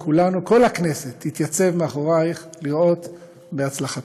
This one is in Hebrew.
וכולנו, כל הכנסת, תתייצב מאחורייך לראות בהצלחתך.